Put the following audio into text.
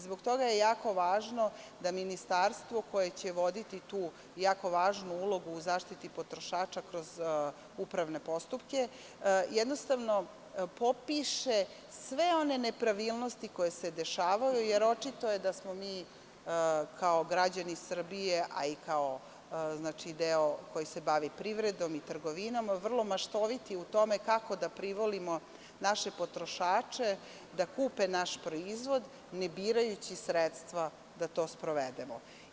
Zbog toga je jako važno da ministarstvo koje će voditi tu jako važnu ulogu u zaštiti potrošača kroz upravne postupke jednostavno popiše sve one nepravilnosti koje se dešavaju, jer očito je da smo mi kao građani Srbije, a i kao deo koji se bavi privredom i trgovinom vrlo maštoviti u tome kako da privolimo naše potrošače da kupe naš proizvod ne birajući sredstva da to sprovedemo.